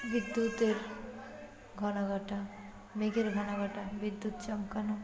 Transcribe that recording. বিদ্যুতের ঘনাঘটা মেঘের ঘনাঘটা বিদ্যুৎ চমকানো